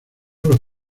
los